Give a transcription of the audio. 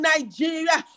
Nigeria